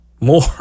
more